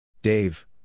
Dave